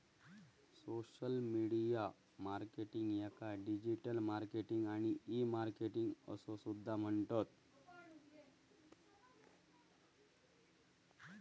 social media marketing याका digital marketing आणि e marketing असो सुद्धा म्हणतत